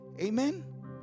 Amen